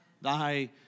Thy